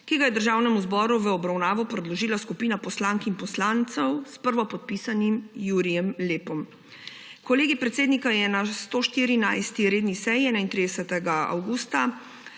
ki ga je Državnemu zboru v obravnavo predložila skupina poslank in poslancev s prvopodpisanim Jurijem Lepom. Kolegij predsednika je na 114. redni seji 31. avgusta